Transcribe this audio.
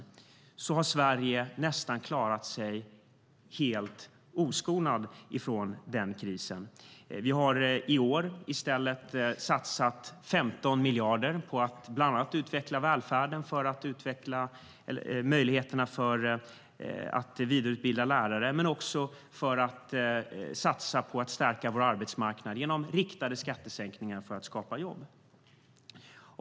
Då tror jag att man kan konstatera att Sverige har klarat sig nästan helt och skonats från den krisen. Vi har i år i stället satsat 15 miljarder på att bland annat utveckla välfärden för att ge lärare möjligheter att vidareutbilda sig men också för att satsa på att stärka vår arbetsmarknad genom riktade skattesänkningar för att skapa jobb.